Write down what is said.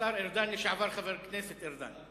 השר ארדן, לשעבר חבר הכנסת ארדן.